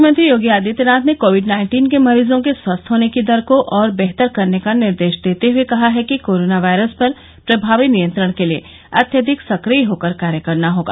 मुख्यमंत्री योगी आदित्यनाथ ने Covid nineteen के मरीजों के स्वस्थ होने की दर को और बेहतर करने का निर्देश देते हये कहा है कि कोरोना वायरस पर प्रभावी नियंत्रण के लिये अत्यधिक सक्रिय होकर कार्य करना होगा